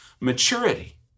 maturity